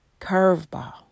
curveball